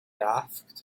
asked